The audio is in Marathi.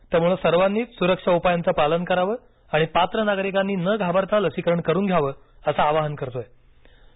त्यामुळे सर्वांनीच सुरक्षा उपायांचं पालन करावं आणि पात्र नागरिकांनी न घाबरता लसीकरण करून घ्यावं असं आवाहन करत आहोत